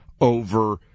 over